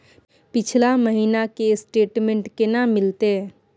पिछला महीना के स्टेटमेंट केना मिलते?